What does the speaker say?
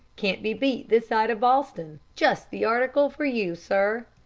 can't be beat this side of boston. just the article for you, sir.